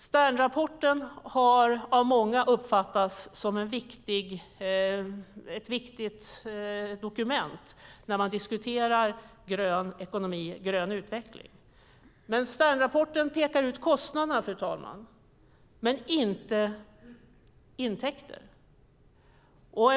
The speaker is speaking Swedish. Sternrapporten har av många uppfattats som ett viktigt dokument när man diskuterar grön ekonomi och grön utveckling. Sternrapporten pekar ut kostnaderna, fru talman, men inte intäkterna.